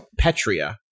Petria